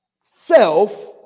self